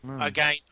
again